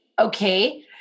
okay